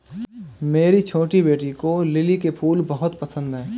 मेरी छोटी बेटी को लिली के फूल बहुत पसंद है